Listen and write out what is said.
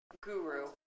guru